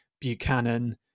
Buchanan